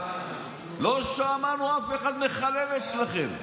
לא שמענו אף אחד מחלל אצלכם,